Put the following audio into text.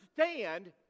understand